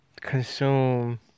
consume